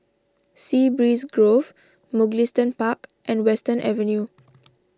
Sea Breeze Grove Mugliston Park and Western Avenue